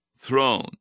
throne